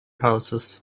houses